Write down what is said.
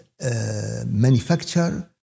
manufacture